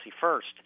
first